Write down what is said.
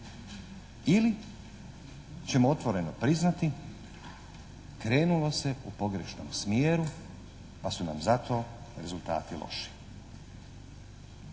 ili ćemo otvoreno priznati krenulo se u pogrešnom smjeru pa su nam zato rezultati loši.